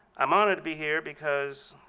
i'm honored to be here because